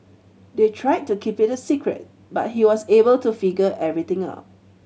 they tried to keep it a secret but he was able to figure everything out